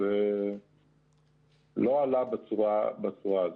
אז זה לא עלה בצורה הזאת.